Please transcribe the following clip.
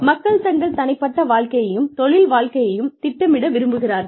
மக்கள் தங்கள் தனிப்பட்ட வாழ்க்கையையும் தொழில் வாழ்க்கையையும் திட்டமிட விரும்புகிறார்கள்